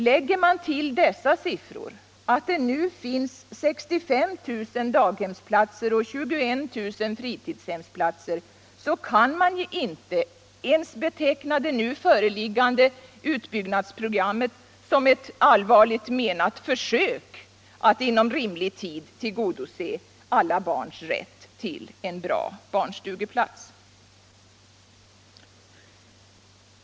Lägger man till dessa siffror att det nu finns 65 000 daghemsplatser och 21 000 fritidshemsplatser kan man inte ens beteckna det föreliggande utbyggnadsprogrammet som ett allvarligt menat försök att inom rimlig tid tillgodose alla barns rätt till en bra barnstugeplats.